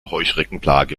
heuschreckenplage